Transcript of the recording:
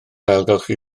ailgylchu